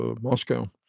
Moscow